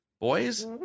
Boys